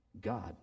God